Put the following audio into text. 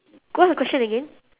what's the question again